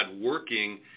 working